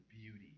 beauty